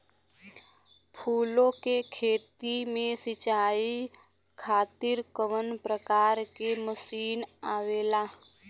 फूलो के खेती में सीचाई खातीर कवन प्रकार के मशीन आवेला?